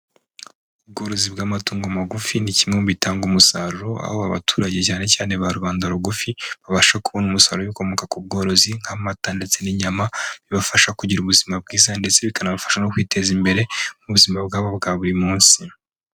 Ubworozi bw'amatungo magufi ni kimwe mu bitanga umusaruro aho abaturage cyane cyane ba rubanda rugufi babasha kubona umusaruro ukokomoka ku bworozi nk'amata ndetse n'inyama, bibafasha kugira ubuzima bwiza ndetse bikanabafasha no kwiteza imbere mu buzima bwabo bwa buri munsi.